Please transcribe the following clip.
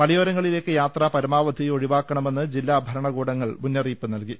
മലയോരങ്ങ ളിലേക്ക് യാത്ര പരമാവധി ഒഴിവാക്കണമെന്ന് ജില്ലാഭര ണ കൂടങ്ങൾ മുന്നറിയിപ്പ് നൽകി